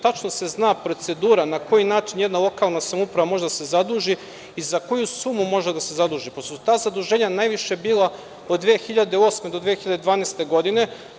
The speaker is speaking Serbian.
Tačno se zna procedura na koji način jedna lokalna samouprava može da se zaduži i za koju sumu može da se zaduži, pa su ta zaduženja najviše bila od 2008. do 2012. godine.